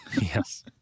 Yes